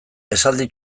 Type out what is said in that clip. esaldi